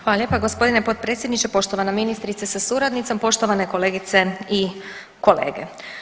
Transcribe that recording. Hvala lijepa g. potpredsjedniče, poštovana ministrice sa suradnicom, poštovane kolegice i kolege.